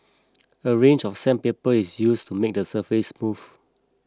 a range of sandpaper is used to make the surface smooth